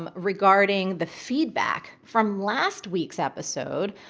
um regarding the feedback from last week's episode,